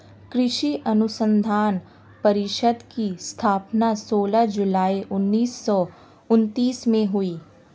कृषि अनुसंधान परिषद की स्थापना सोलह जुलाई उन्नीस सौ उनत्तीस में हुई